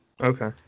Okay